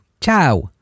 ciao